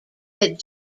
that